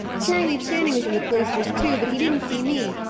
charley channing was in the cloisters, too, but he didn't see me,